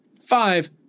Five